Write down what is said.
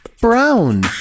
Brown